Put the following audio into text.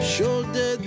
Shoulder